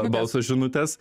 balso žinutės